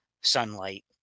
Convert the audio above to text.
sunlight